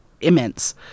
immense